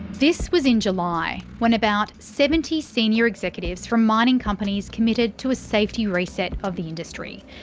this was in july, when about seventy senior executives from mining companies committed to a safety reset of the industry.